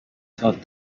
thought